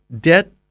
debt